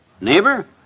Neighbor